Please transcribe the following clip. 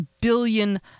billion